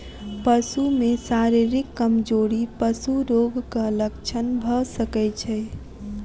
पशु में शारीरिक कमजोरी पशु रोगक लक्षण भ सकै छै